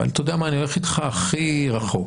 אבל אני הולך איתך הכי רחוק.